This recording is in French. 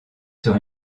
sur